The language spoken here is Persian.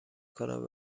کند